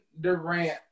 durant